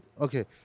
Okay